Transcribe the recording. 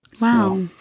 Wow